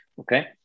okay